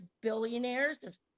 billionaires